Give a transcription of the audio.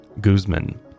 Guzman